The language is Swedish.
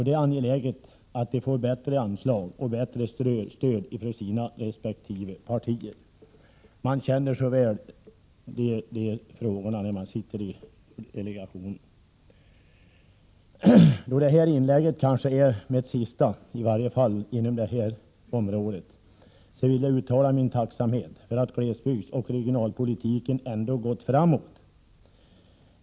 Det är angeläget att de får bättre anslag och bättre stöd från sina resp. partier. Man känner så väl att det behövs när man sitter i delegationen. Då det här inlägget kanske är mitt sista, i varje fall inom det här området, vill jag uttala min tacksamhet över att glesbygdsoch regionalpolitiken ändå gått framåt.